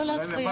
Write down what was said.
לא להפריע.